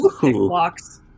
blocks